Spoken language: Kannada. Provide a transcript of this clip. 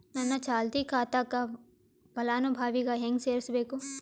ನನ್ನ ಚಾಲತಿ ಖಾತಾಕ ಫಲಾನುಭವಿಗ ಹೆಂಗ್ ಸೇರಸಬೇಕು?